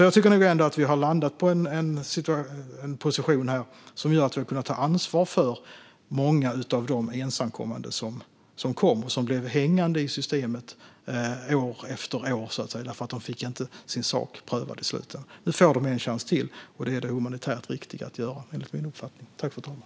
Jag tycker nog att vi har landat i en position som gör att vi har kunnat ta ansvar för många av de ensamkommande som blev hängande i systemet år efter år eftersom de inte fick sin sak prövad. Nu får de en chans till, och det är enligt min uppfattning det humanitärt riktiga.